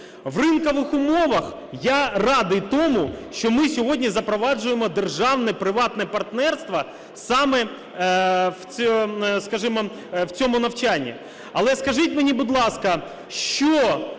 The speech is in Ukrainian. В ринкових умовах я радий тому, що ми сьогодні запроваджуємо державне приватне партнерство саме, скажімо, в цьому навчанні. Але скажіть мені, будь ласка, що